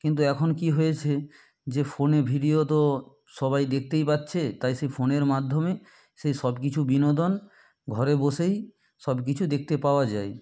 কিন্তু এখন কী হয়েছে যে ফোনে ভিডিও তো সবাই দেখতেই পাচ্ছে তাই সেই ফোনের মাধ্যমে সেই সবকিছু বিনোদন ঘরে বসেই সবকিছু দেখতে পাওয়া যায়